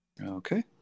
okay